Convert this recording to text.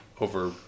over